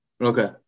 Okay